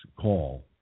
call